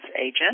agent